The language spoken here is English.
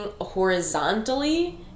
horizontally